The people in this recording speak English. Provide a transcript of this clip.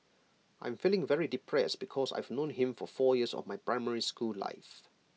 I'm feeling very depressed because I've known him for four years of my primary school life